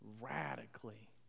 radically